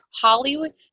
Hollywood